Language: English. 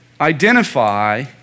Identify